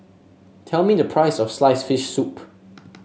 tell me the price of sliced fish soup